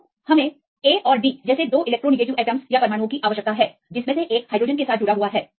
तो हमें A और D जैसे दो इलेक्ट्रोनगेटिव परमाणुओं की आवश्यकता है एक हाइड्रोजन के साथ जुड़ा हुआ है